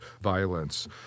violence